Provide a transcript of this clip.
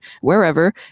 wherever